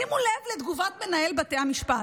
שימו לב לתגובת מנהל בתי המשפט.